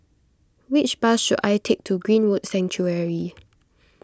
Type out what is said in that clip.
which bus should I take to Greenwood Sanctuary